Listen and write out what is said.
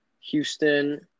Houston